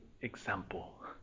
example